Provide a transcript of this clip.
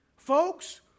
Folks